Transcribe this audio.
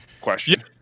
Question